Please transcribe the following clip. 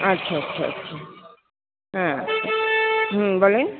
আচ্ছা আচ্ছা আচ্ছা হ্যাঁ হুম বলেন